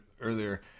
earlier